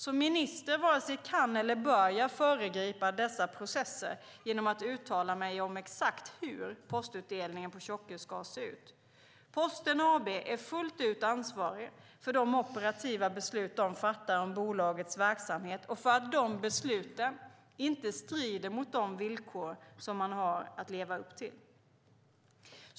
Som minister varken kan eller bör jag föregripa dessa processer genom att uttala mig om exakt hur postutdelningen på Tjockö ska se ut. Posten AB är fullt ut ansvarigt för de operativa beslut bolaget fattar om sin verksamhet och för att de besluten inte strider mot de villkor som man har att leva upp till.